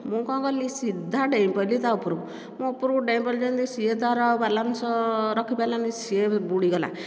ମୁଁ କଣ କଲି ସିଧା ଡେଇଁପଡ଼ିଲି ତା ଉପରକୁ ମୁଁ ଉପରକୁ ଡେଇଁପଡ଼ିଲି ଯେମିତି ସିଏ ତାର ଆଉ ବାଲାନ୍ସ ରଖିପାରିଲାନି ସିଏ ବି ବୁଡ଼ିଗଲା